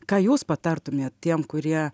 ką jūs patartumėt tiem kurie